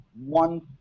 one